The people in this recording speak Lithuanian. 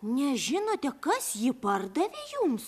nežinote kas jį pardavė jums